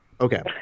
Okay